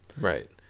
Right